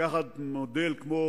לקחת מודל כמו